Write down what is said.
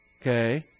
Okay